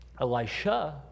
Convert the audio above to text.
Elisha